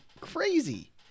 crazy